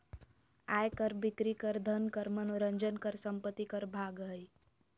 आय कर, बिक्री कर, धन कर, मनोरंजन कर, संपत्ति कर भाग हइ